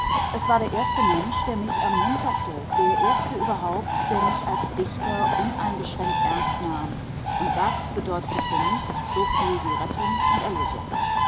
es war der erste mensch der mich ermunterte der erste überhaupt der mich als dichter uneingeschränkt ernst nahm und das bedeutete für mich soviel wie rettung und erlösung